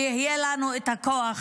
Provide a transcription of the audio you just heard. ויהיה לנו את הכוח